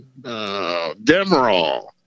Demerol